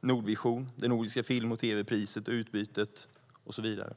Nordvision, det nordiska film och tv-priset och så vidare.